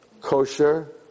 kosher